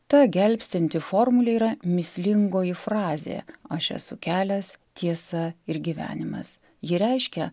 ta gelbstinti formulė yra mįslingoji frazė aš esu kelias tiesa ir gyvenimas ji reiškia